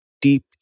deep